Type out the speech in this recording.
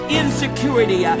insecurity